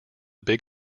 big